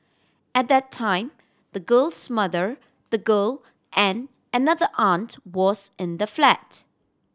at that time the girl's mother the girl and another aunt was in the flat